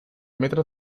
metros